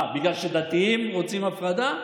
מה, בגלל שדתיים רוצים הפרדה?